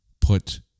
put